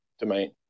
domain